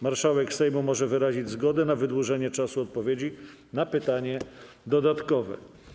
Marszałek Sejmu może wyrazić zgodę na wydłużenie czasu odpowiedzi na pytanie dodatkowe.